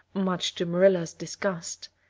much to marilla's disgust.